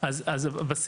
על זה יש